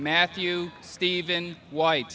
matthew steven white